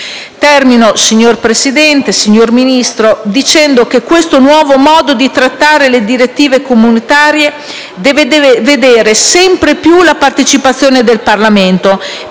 Termino, signor Presidente, signor Ministro, affermando che questo nuovo modo di trattare le direttive comunitarie deve vedere sempre più la partecipazione del Parlamento,